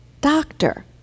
doctor